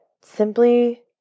simply